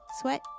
Sweat